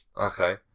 okay